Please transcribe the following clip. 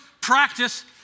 practice